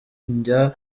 kujya